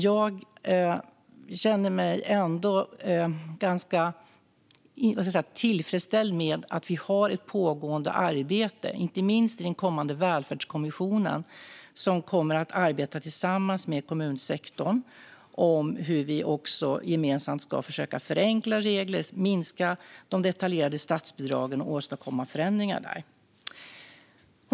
Jag känner mig ändå ganska tillfredsställd med att vi har ett pågående arbete, inte minst i den kommande välfärdskommissionen. Den kommer att arbeta tillsammans med kommunsektorn med hur vi gemensamt ska försöka förenkla regler, minska de detaljerade statsbidragen och åstadkomma förändringar där.